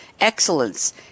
excellence